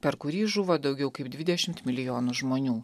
per kurį žuvo daugiau kaip dvidešimt milijonų žmonių